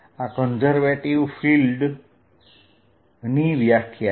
આ conservative field ની વ્યાખ્યા છે